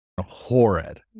horrid